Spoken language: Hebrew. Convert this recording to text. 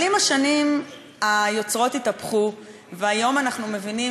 אבל עם השנים היוצרות התהפכו והיום אנחנו מבינים